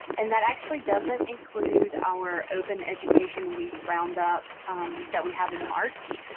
and that actually doesn't include our open education week roundup um that we have in march.